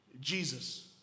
Jesus